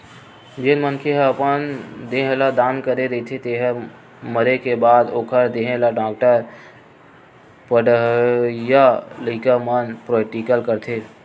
जेन मनखे ह अपन देह ल दान करे रहिथे तेखर मरे के बाद ओखर देहे ल डॉक्टरी पड़हइया लइका मन प्रेक्टिकल करथे